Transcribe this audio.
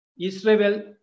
Israel